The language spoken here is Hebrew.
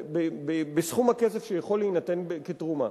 בסכום הכסף שיכול להינתן כתרומה.